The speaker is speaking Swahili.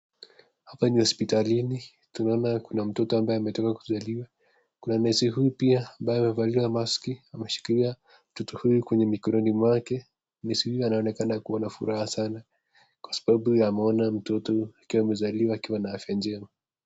Hapa ni hospitalini. Tunaona kuna mtoto ambaye ametoka kuzaliwa. Kuna nesi huyu pia ambaye amevalia maski, ameshikilia mtoto huyu kwenye mikononi mwake. Nesi huyu anaonekana kuwa na furaha sana, kwa sababu ya kuona mtoto akiwa amezaliwa akiwa na afya njema.